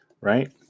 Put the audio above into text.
right